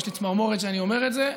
ויש לי צמרמורת שאני אומר את זה,